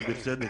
ובצדק,